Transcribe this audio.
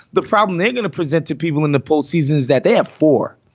the problem they're going to present to people in the postseason is that they have four.